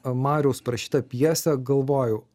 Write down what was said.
mariaus parašytą pjesę galvoju